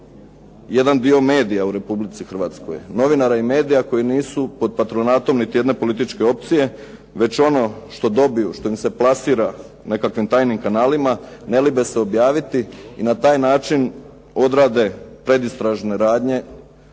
jedan dio medija u Republici Hrvatskoj, novinara i medija koji nisu pod patronatom niti jedne političke opcije. Već ono što dobiju, što im se plasira nekakvim tajnim kanalima ne libe se objaviti i na taj način odrade pred istražne radnje